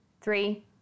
Three